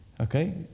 Okay